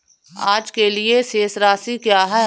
आज के लिए शेष राशि क्या है?